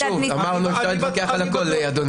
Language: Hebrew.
שוב, אמרנו, אפשר להתווכח על הכול, אדוני.